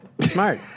Smart